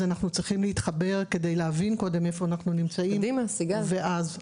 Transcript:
אז אנחנו צריכים להתחבר כדי להבין קודם איפה אנחנו נמצאים ואז להתחיל.